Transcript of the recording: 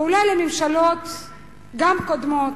ואולי גם לממשלות קודמות,